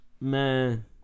Man